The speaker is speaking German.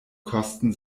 kosten